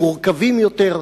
מורכבים יותר.